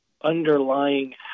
underlying